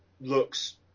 looks